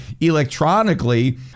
electronically